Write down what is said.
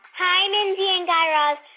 hi, mindy and guy raz.